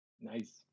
Nice